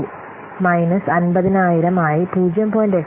2 minus 50000 ആയി 0